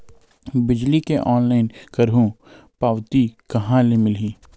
बिजली के ऑनलाइन करहु पावती कहां ले मिलही?